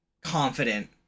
confident